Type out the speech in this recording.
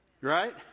Right